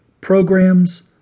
programs